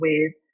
ways